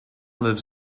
lives